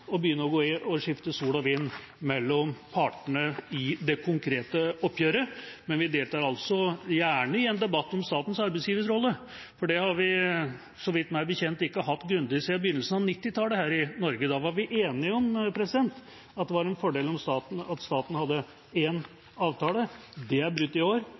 begynne å skifte sol og vind mellom partene i det konkrete oppgjøret, men vi deltar gjerne i en debatt om statens arbeidsgiverrolle, for det har vi, meg bekjent, ikke hatt en grundig debatt om siden begynnelsen av 1990-tallet her i Norge. Da var vi enige om at det var en fordel at staten hadde én avtale. Det er brutt i år.